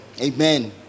Amen